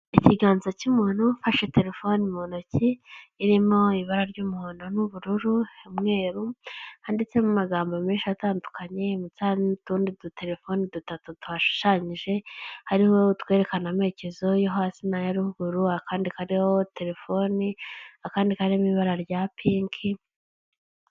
Ikiganza cy'umuntu ufashe telefoni mu ntoki irimo ibara ry'umuhondo n'ubururu, umweru; handitsemo amagambo menshi atandukanye ndetse hariho n'utundi duterefoni dutatu twahashushanyije; hariho utwerekana amerekezo yo hasi n'aya ruguru, akandi kariho telefoni, akandi karimo ibara rya pink.